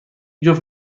جفت